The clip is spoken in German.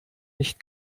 nicht